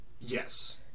Yes